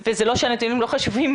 וזה לא שהנתונים לא חשובים,